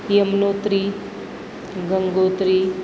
Yamunotri Gangotri